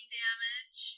damage